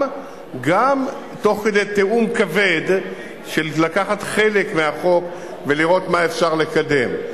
גם תוך כדי תיאום כבד של לקחת חלק מהחוק ולראות מה אפשר לקדם,